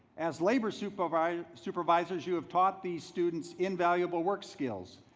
as labor supervisors supervisors you have taught these students invaluable work skills,